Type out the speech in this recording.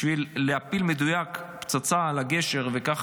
בשביל להפיל במדויק פצצה על הגשר וכך